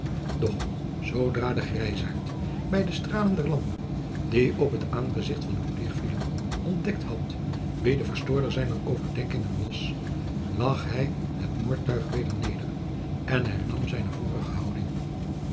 doch zoodra de grijzaart bij de stralen der lamp die op het aangezicht van ludwig vielen ontdekt had wie de verstoorder zijner overdenkingen was lag hij het moordtuig weder neder en hernam zijne vorige houding